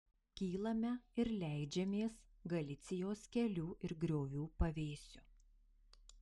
kylame ir leidžiamės galicijos kelių ir griovų pavėsiu